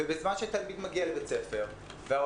וזה בזמן שתלמיד מגיע לבית הספר והעולם